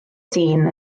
dyn